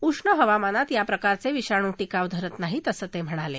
उष्ण हवामानात या प्रकारचे विषाणू टिकाव धरत नाही असं ते म्हणाले